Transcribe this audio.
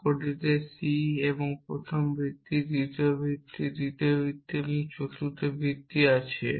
বাক্যটিতে c এবং প্রথম ভিত্তি দ্বিতীয় ভিত্তি তৃতীয় ভিত্তি চতুর্থ ভিত্তিটি আছে